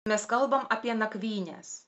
mes kalbam apie nakvynes